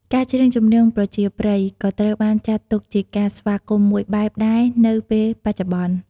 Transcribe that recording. ការច្រៀងចម្រៀងប្រជាប្រិយ ក៏ត្រូវបានចាត់ទុកជាការស្វាគមន៍មួយបែបដែរនៅពេលបច្ចុប្បន្ន។